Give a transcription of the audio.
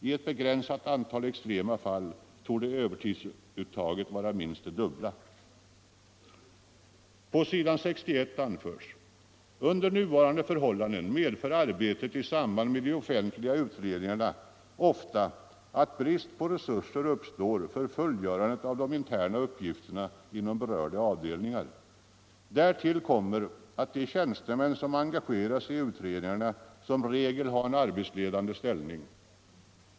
I ett begränsat antal extrema fall torde övertidsuttaget vara minst det dubbla.” På s. 61 anförs: ”Under nuvarande förhållanden medför arbetet i samband med de offentliga utredningarna ofta att brist på resurser uppstår för fullgörandet av de interna uppgifterna inom berörda avdelningar. Därtill kommer att de tjänstemän som engageras i utredningarna som regel har en arbetsledande ställning.